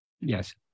Yes